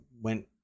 went